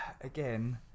again